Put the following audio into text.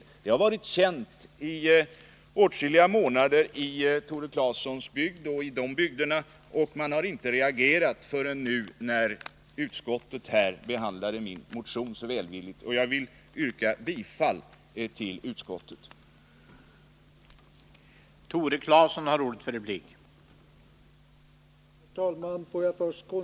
Detta har varit känt under åtskilliga månader i Tore Claesons bygder, men man har inte reagerat förrän nu då utskottet behandlat min motion så välvilligt. Jag yrkar bifall till utskottets hemställan.